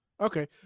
okay